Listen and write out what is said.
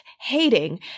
hating